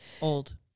old